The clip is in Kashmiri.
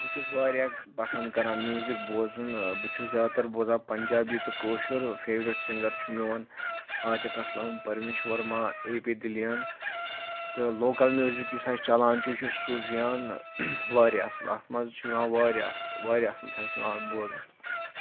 بہٕ چھُس واریاہ پَسَنٛد کَران میوٗزِک بوزُن بہٕ چھُس زیادٕ تَر بوزان پَنجابی تہٕ کٲشُر فیورِٹ سِنٛگَر چھُ میون عاطِف اَسلَم پَرمیش وَرما اے پی دِلیَن تہٕ لوکَل میوٗزِک یُس اَسہِ چَلاَن چھُ یہِ چھُ صوٗفیان واریاہ اَصل اَتھ مَنٛز چھُ یِوان واریاہ اَصل واریاہ اَصل چھُ اَسہِ یِوان اتھ بوزنَس